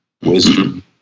wisdom